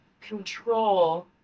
control